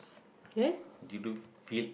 did you feel